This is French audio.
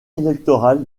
électorale